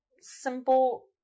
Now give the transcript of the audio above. simple